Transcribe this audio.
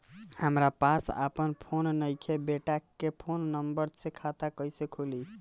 हमरा पास आपन फोन नईखे बेटा के फोन नंबर से खाता कइसे खुली?